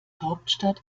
hauptstadt